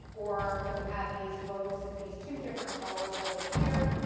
or you have these lobes as these two different colors over here.